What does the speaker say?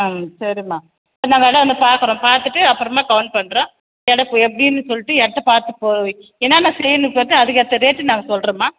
ம் சரிம்மா இப்போ நாங்கள் வேணால் வந்து பார்க்குறோம் பார்த்துட்டு அப்புறமா கவுண்ட் பண்ணுறோம் எடம் எப்படின்னு சொல்லிட்டு இடத்த பார்த்துட்டு போய் என்னான்ன ஃப்ரீன்னு பார்த்து அதுக்கேற்ற ரேட்டு நாங்கள் சொல்றோம்மா